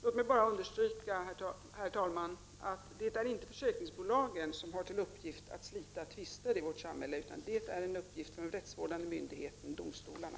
Herr talman! Låt mig bara understryka att det inte är försäkringsbolagen som har till uppgift att slita tvister i vårt samhälle — det är en uppgift för de rättsvårdande myndigheterna, domstolarna.